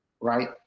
Right